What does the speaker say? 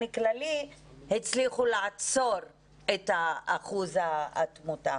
כללי הצליחו לעצור את אחוז התמותה,